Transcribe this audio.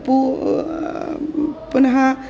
पुनः पुनः